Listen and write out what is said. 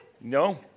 No